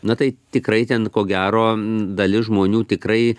na tai tikrai ten ko gero dalis žmonių tikrai